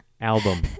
Album